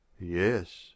Yes